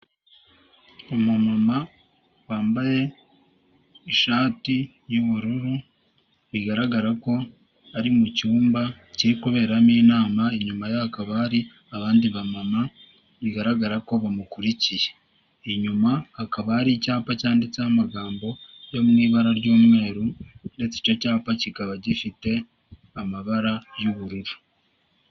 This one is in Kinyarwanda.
Umumama wambaye ishati y’ubururu, bigaragara ko ari mucyumba kiri kuberamo inama, inyuma ye hakaba hari abandi ba mama bigaragara ko bamukurikiye, inyuma hakaba hari icyapa cyanditseho amagambo yo mu ibara ry’umweru, ndetse icyo cyapa kikaba gifite amabara y'ubururu.